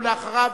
ואחריו,